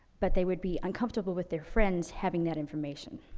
but they would be uncomfortable with their friends having that information.